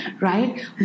right